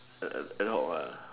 cannot what